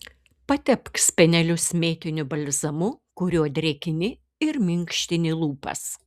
patepk spenelius mėtiniu balzamu kuriuo drėkini ir minkštini lūpas